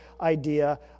idea